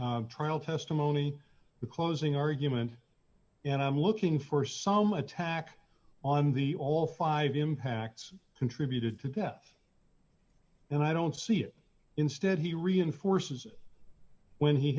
he's trial testimony the closing argument and i'm looking for some attack on the all five impacts contributed to beth and i don't see it instead he reinforces it when he